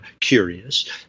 curious